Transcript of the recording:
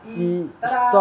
一 bye bye